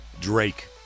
Drake